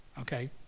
okay